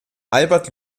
albert